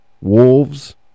Wolves